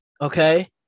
okay